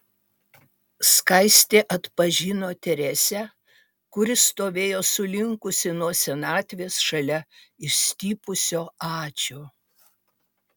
skaistė atpažino teresę kuri stovėjo sulinkusi nuo senatvės šalia išstypusio ačio